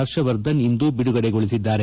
ಹರ್ಷವರ್ಧನ್ ಇಂದು ಬಿಡುಗಡೆಗೊಳಿಸಿದ್ದಾರೆ